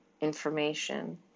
information